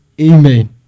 Amen